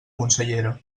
consellera